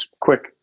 quick